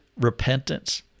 repentance